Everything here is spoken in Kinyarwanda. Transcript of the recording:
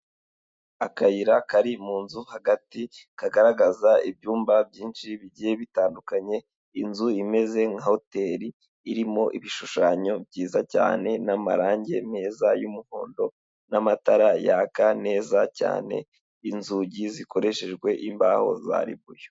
Akayira kari mu nzu hagati kagaragaza ibyumba byinshi bigiye bitandukanye, inzu imeze nka hoteli irimo ibishushanyo byiza cyane n'amarangi meza y'umuhondo n'amatara yaka neza cyane, inzugi zikoreshejwe imbaho za ribuyu.